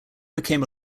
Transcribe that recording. became